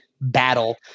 battle